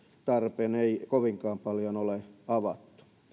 tarpeen ei kovinkaan paljon ole avattu